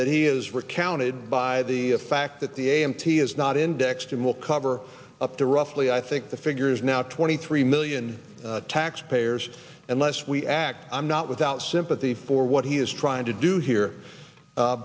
that he is recounted by the fact that the a m t is not indexed and will cover up to roughly i think the figure is now twenty three million taxpayers unless we act i'm not without sympathy for what he is trying to do here